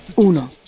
Uno